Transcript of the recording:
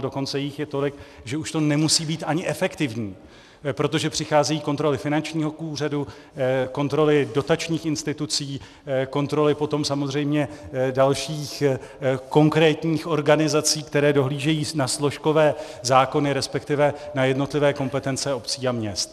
Dokonce už jich je tolik, že už to nemusí být ani efektivní, protože přicházejí kontroly finančního úřadu, kontroly dotačních institucí, kontroly potom samozřejmě dalších konkrétních organizací, které dohlížejí na složkové zákony, resp. na jednotlivé kompetence obcí a měst.